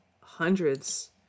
hundreds